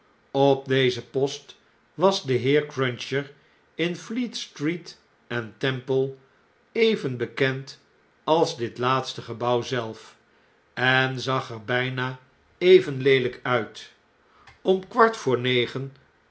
op dezen post was de heer cruncher in fleet-street en de temple even bekend als dit laatste gebouw zelf en zag er bijna even leeln'k uit om kwart voor negen